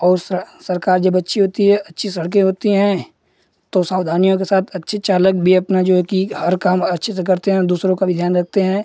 और सरकार जब अच्छी होती है अच्छी सड़कें होती हैं तो सावधानियों के साथ अच्छे चालक भी अपना जो है कि हर काम अच्छे से करते हैं दूसरों का भी ध्यान रखते हैं